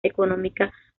económica